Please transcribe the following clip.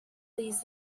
these